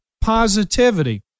positivity